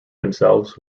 themselves